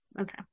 Okay